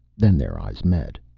then their eyes met.